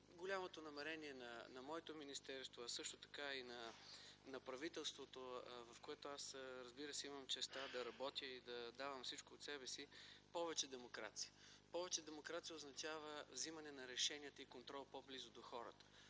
голямото намерение на моето министерство, а също така и на правителството, в което имам честта да работя и да давам всичко от себе си – повече демокрация. Повече демокрация означава вземане на решенията и контрол по-близо до хората,